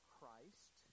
Christ